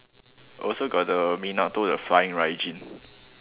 also got the Minato the flying